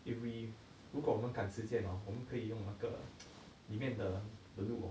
if we 如果我们赶时间 hor 我们可以用那个里面的路哦